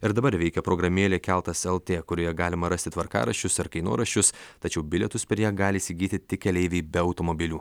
ir dabar veikia programėlė keltas lt kurioje galima rasti tvarkaraščius ir kainoraščius tačiau bilietus per ją gali įsigyti tik keleiviai be automobilių